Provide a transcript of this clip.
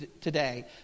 today